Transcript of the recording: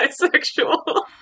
bisexual